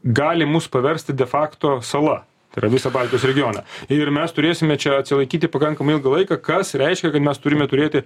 gali mus paversti de fakto sala tai yra visą baltijos regioną ir mes turėsime čia atsilaikyti pakankamai ilgą laiką kas reiškia kad mes turime turėti